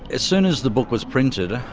as soon as the book was printed,